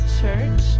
Church